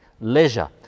leisure